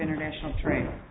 international trade